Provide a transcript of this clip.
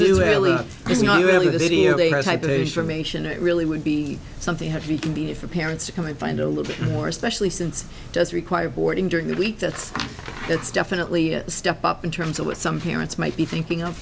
it really would be something had to be convenient for parents to come and find a little more especially since it does require boarding during the week that's it's definitely a step up in terms of what some parents might be thinking